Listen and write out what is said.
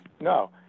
No